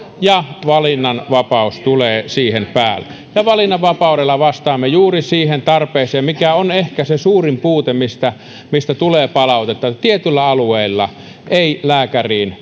ja valinnanvapaus tulee siihen päälle me valinnanvapaudella vastaamme juuri siihen tarpeeseen mikä on ehkä se suurin puute mistä mistä tulee palautetta tietyillä alueilla ei lääkäriin